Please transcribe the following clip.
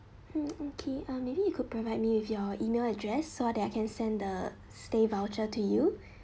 mm okay uh maybe you could provide me with your email address so that I can send the stay voucher to you